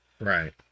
Right